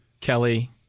Kelly